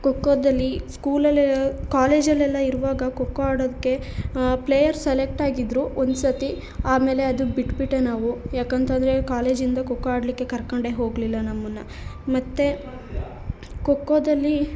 ಖೋಖೋದಲ್ಲಿ ಸ್ಕೂಲಲ್ಲೇ ಕಾಲೇಜಲ್ಲೆಲ್ಲ ಇರುವಾಗ ಖೋಖೋ ಆಡೋದಕ್ಕೆ ಪ್ಲೇಯರ್ ಸೆಲೆಕ್ಟ್ ಆಗಿದ್ದರು ಒಂದು ಸರ್ತಿ ಆಮೇಲೆ ಅದು ಬಿಟ್ಟುಬಿಟ್ಟೆ ನಾವು ಯಾಕಂತಂದರೆ ಕಾಲೇಜಿಂದ ಖೋಖೋ ಆಡಲಿಕ್ಕೆ ಕರ್ಕೊಂಡೇ ಹೋಗಲಿಲ್ಲ ನಮ್ಮನ್ನು ಮತ್ತೆ ಖೋಖೋದಲ್ಲಿ